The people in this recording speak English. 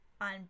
on